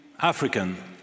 African